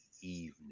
evening